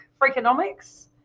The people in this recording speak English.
Freakonomics